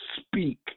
speak